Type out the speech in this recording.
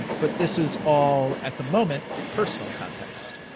but this is all at the moment personal context.